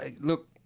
look